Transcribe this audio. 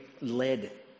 led